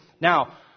Now